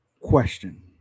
Question